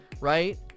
right